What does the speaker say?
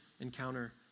encounter